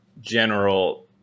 general